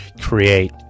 create